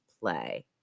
play